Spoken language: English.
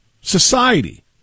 Society